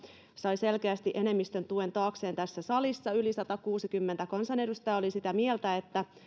sai selkeästi enemmistön tuen taakseen tässä salissa yli satakuusikymmentä kansanedustajaa oli sitä mieltä että